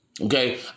Okay